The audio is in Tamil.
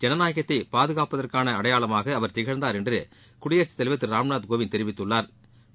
ஜனநாயகத்தை பாதுகாப்பதற்கான அடையாளமாக அவர் திகழ்ந்தார் என்று குடியரசுத் தலைவர் திரு ராம்நாத் கோவிந்த் தெரிவித்துள்ளாா்